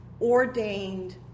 ordained